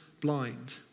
blind